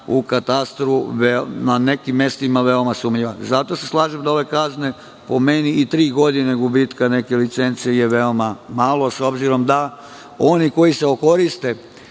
u katastru na nekim mestima veoma sumnjiva. Zato se slažem da ove kazne, po meni, i tri godine gubitka neke licence je veoma malo, s obzirom da oni koji se okoriste